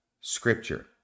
scripture